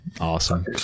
awesome